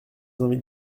invite